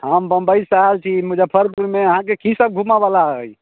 हम बम्बइसँ आयल छी मुजफ्फरपुरमे अहाँके की सब घूमऽवला हय